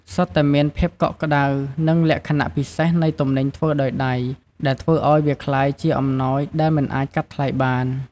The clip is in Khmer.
សុទ្ធតែមានភាពកក់ក្តៅ និងលក្ខណៈពិសេសនៃទំនិញធ្វើដោយដៃ ដែលធ្វើឱ្យវាក្លាយជាអំណោយដែលមិនអាចកាត់ថ្លៃបាន។